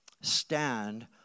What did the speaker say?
stand